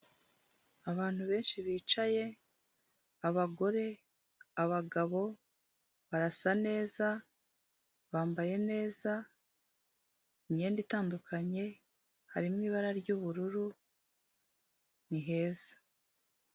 Abantu benshi bicaye, abagore, abagabo barasa neza, bambaye neza, imyenda itandukanye, harimo ibara ry'ubururu, ni heza.